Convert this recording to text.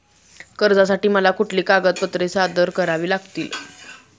कर्जासाठी मला कुठली कागदपत्रे सादर करावी लागतील?